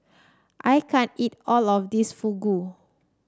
I can't eat all of this Fugu